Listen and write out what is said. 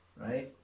right